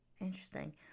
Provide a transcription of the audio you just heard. Interesting